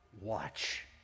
watch